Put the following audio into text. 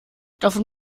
davon